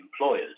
employers